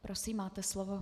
Prosím, máte slovo.